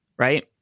Right